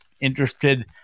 interested –